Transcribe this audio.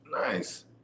Nice